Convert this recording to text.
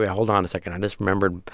hold on a second. i misremembered.